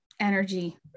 energy